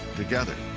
together,